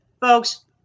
folks